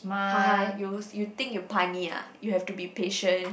you you think you punny uh you have to be patient